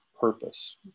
purpose